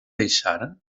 deixar